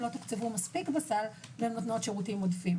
לא תוקצבו מספיק בסל והן נותנות שירותים עודפים.